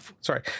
sorry